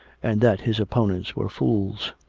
and that his opponents were fools.